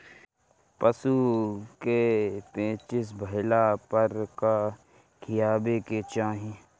पशु क पेचिश भईला पर का खियावे के चाहीं?